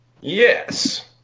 Yes